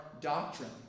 doctrine